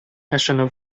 national